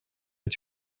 est